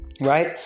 right